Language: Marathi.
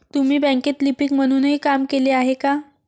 तुम्ही बँकेत लिपिक म्हणूनही काम केले आहे का?